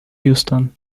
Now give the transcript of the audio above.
houston